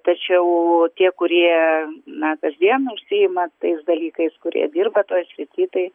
tačiau tie kurie na kasdieną užsiima tais dalykais kurie dirba toj srity tai